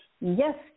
yes